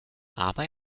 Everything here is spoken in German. aber